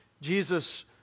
Jesus